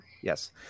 Yes